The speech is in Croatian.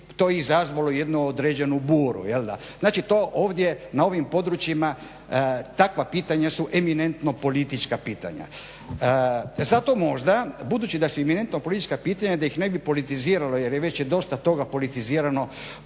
je to izazvalo jednu određenu buru jel'da. Znači to ovdje na ovim područjima, takva pitanja su eminentno politička pitanja. Zato možda, budući da su eminentno politička pitanja, da ih ne bi politiziralo jer već je dosta toga politizirano